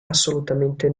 assolutamente